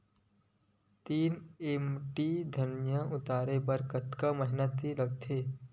तीन एम.टी धनिया उतारे बर कतका मेहनती लागथे?